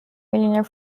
millionaire